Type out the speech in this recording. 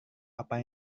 apa